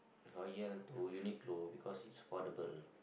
loyal to Uniqlo because it's affordable